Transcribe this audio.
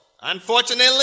Unfortunately